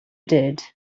did